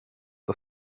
the